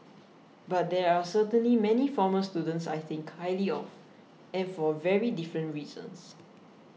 but there are certainly many former students I think highly of and for very different reasons